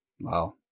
Wow